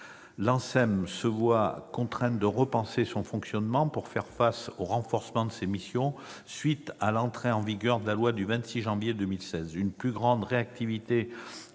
L'ANSM se voit contrainte de repenser son fonctionnement pour faire face au renforcement de ses missions, à la suite de l'entrée en vigueur de la loi du 26 janvier 2016 de modernisation